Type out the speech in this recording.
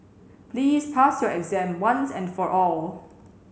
please pass your exam once and for all